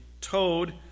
towed